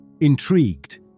Intrigued